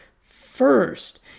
first